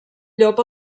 llop